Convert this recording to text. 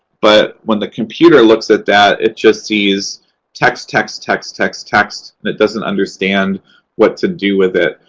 but when the computer looks at that, it just sees text, text, text, text, text, and it doesn't understand what to do with it.